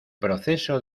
proceso